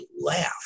laugh